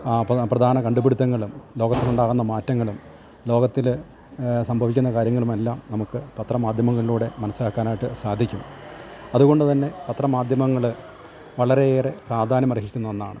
പ്രധാന കണ്ടുപിടുത്തങ്ങളും ലോകത്തിലുണ്ടാകുന്ന മാറ്റങ്ങളും ലോകത്തില് സംഭവിക്കുന്ന കാര്യങ്ങളുമെല്ലാം നമുക്ക് പത്രമാധ്യമങ്ങളിലൂടെ മനസ്സിലാക്കാനായിട്ട് സാധിക്കും അതുകൊണ്ട് തന്നെ പത്രമാധ്യമങ്ങള് വളരെയേറെ പ്രാധാന്യമർഹിക്കുന്ന ഒന്നാണ്